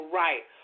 right